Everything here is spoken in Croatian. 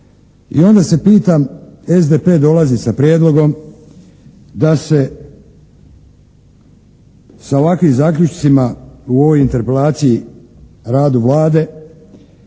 I onda se pitam, SDP dolazi sa prijedlogom da se sa ovakvim zaključcima u ovoj interpelaciji o radu Vlade